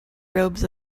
robes